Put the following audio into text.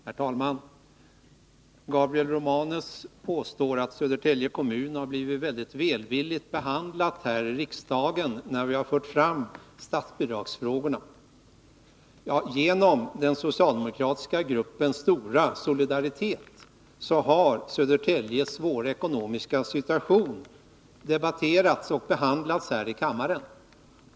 Herr talman! Gabriel Romanus påstod att Södertälje kommun har blivit välvilligt behandlad i riksdagen när vi har fört fram statsbidragsfrågorna. Genom den socialdemokratiska gruppens stora solidaritet har Södertäljes svåra ekonomiska situation debatterats och behandlats här i kammaren.